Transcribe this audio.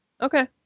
Okay